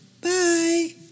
Bye